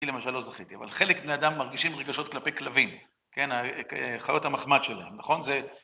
אני למשל לא זכיתי, אבל חלק מן האדם מרגישים רגשות כלפי כלבים, כן, חיות המחמד שלהם, נכון?